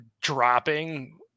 dropping